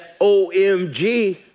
OMG